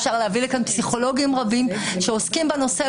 אפשר להביא לכאן פסיכולוגים רבים שעוסקים בנושא,